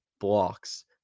blocks